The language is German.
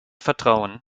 vertrauen